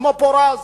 כמו פורז,